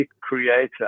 Creator